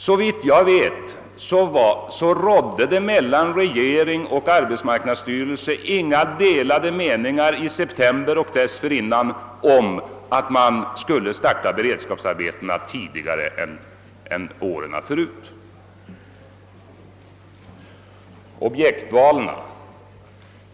Såvitt jag vet hade inte regeringen och arbetsmarknadsstyrelsen i september och dessförinnan några delade meningar när det gällde planerna på att starta beredskapsarbetena tidigare än under föregående år.